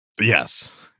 Yes